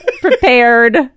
prepared